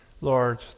Lord